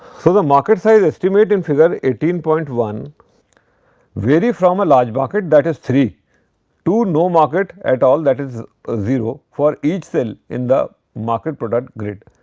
so, the market size estimate in figure eighteen point one vary from a large market that is three to no market at all that is ah zero for each cell in the market-product grid.